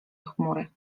chmury